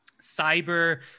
cyber